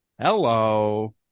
Hello